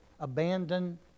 Abandon